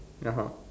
(uh huh)